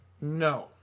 No